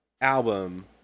album